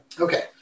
Okay